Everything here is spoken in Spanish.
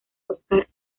oscar